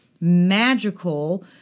magical